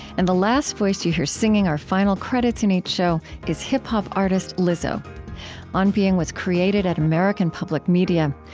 and the last voice you hear singing our final credits in each show is hip-hop artist lizzo on being was created at american public media.